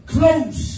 Close